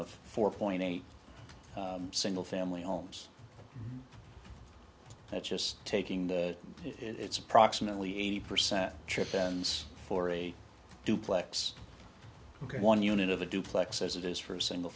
of four point eight single family homes that's just taking the it's approximately eighty percent triptans for a duplex ok one unit of a duplex as it is for a single